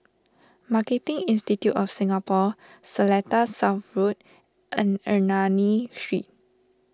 Marketing Institute of Singapore Seletar South Road and Ernani Street